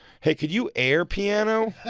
hey, could you air piano?